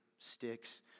sticks